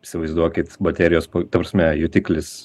įsivaizduokit baterijos ta prasme jutiklis